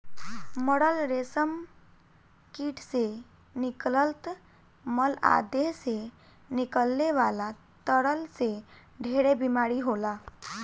मरल रेशम कीट से निकलत मल आ देह से निकले वाला तरल से ढेरे बीमारी होला